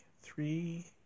three